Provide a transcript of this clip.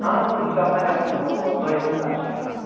اہَن حظ تٕرٛہ ساس تام گَژھن یِم اَلہٕ پَلہٕ دۄیہِ تٕرٛہ ساس چھِ یِم یِوان